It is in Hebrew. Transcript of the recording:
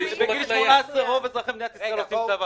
מ-1 במרס עד המועד שבו העובד הגיש --- אז למה צריך את השניים,